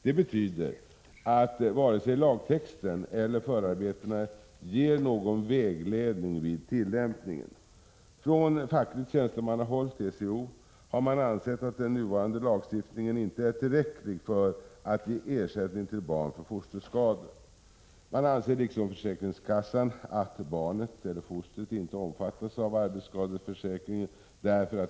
Det betyder att varken lagtexten eller förarbetena ger någon vägledning vid tillämpningen. Från fackligt tjänstemannahåll — TCO — har man ansett att den nuvarande lagstiftningen inte är tillräcklig för att ge ersättning till barn för fosterskador. Man anser, liksom försäkringskassan, att barnet eller fostret inte omfattas av arbetsskadeförsäkringslagen.